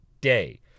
day